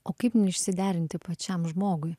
o kaip neišsiderinti pačiam žmogui